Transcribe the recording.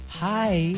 hi